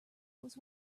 was